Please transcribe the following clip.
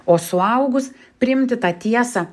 o suaugus priimti tą tiesą